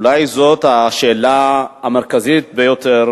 אולי זאת השאלה המרכזית ביותר